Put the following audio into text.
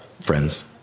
friends